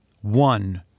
one